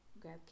grab